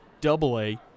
double-a